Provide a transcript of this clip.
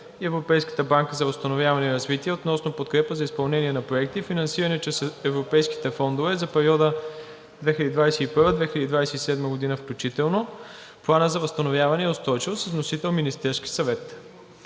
и Европейската банка за възстановяване и развитие относно подкрепа за изпълнение на проекти, финансирани чрез Европейските фондове за периода 2021 – 2027 г., включително Плана за възстановяване и устойчивост, №